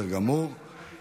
אין מתנגדים.